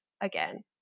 again